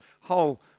whole